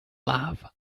love